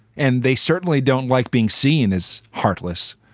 and they certainly don't like being seen as heartless.